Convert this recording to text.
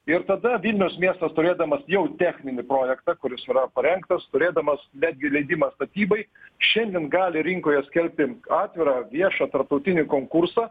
ir tada vilniaus miestas turėdamas jau techninį projektą kuris yra parengtas turėdamas netgi leidimą statybai šiandien gali rinkoje skelbti atvirą viešą tarptautinį konkursą